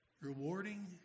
rewarding